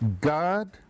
God